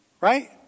right